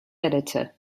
editor